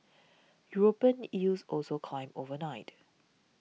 European yields also climbed overnight